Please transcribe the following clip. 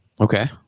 Okay